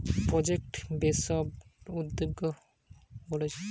কোনো প্রজেক্ট নাধ্যমে যদি ব্যবসা শুরু করা হয় তাকে প্রজেক্ট বেসড উদ্যোক্তা বলতিছে